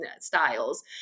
styles